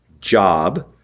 job